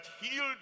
healed